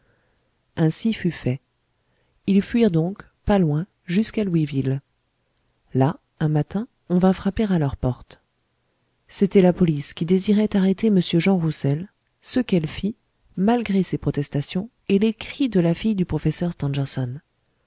ainsi fut fait ils fuirent donc pas loin jusqu'à louisville là un matin on vint frapper à leur porte c'était la police qui désirait arrêter m jean roussel ce qu'elle fit malgré ses protestations et les cris de la fille du professeur